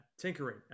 tinkering